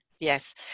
Yes